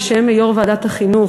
בשם יו"ר ועדת החינוך,